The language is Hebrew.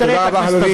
תודה רבה, אדוני.